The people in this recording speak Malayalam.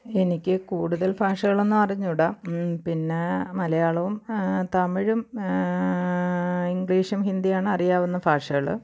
എനിക്ക് കൂടുതൽ ഭാഷകളൊന്നും അറിഞ്ഞുകൂട പിന്നെ മലയാളവും തമിഴും ഇംഗ്ലീഷും ഹിന്ദിയാണ് അറിയാവുന്ന ഭാഷകൾ